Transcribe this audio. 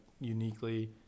uniquely